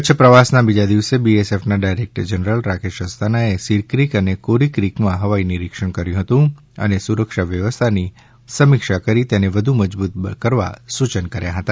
કચ્છ પ્રવાસના બીજા દિવસે બીએસએફના ડાયરેક્ટર જનરલ રાકેશ અસ્થાનાએ સીરક્રીક અને કોરીક્રીકમાં હવાઈ નિરીક્ષણ કર્યું હતું અને સુરક્ષા વ્યવસ્થાથી સમિક્ષા કરી તેને વધુ મજબૂત કરવા સૂચન કર્યા હતા